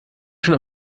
schon